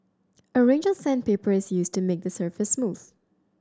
a range of sandpaper is used to make the surface smooth